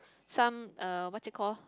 some uh what's it call